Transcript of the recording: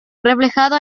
reflejado